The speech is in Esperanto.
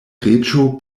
reĝo